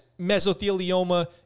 mesothelioma